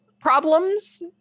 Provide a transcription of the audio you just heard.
problems